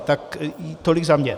Tak tolik za mě.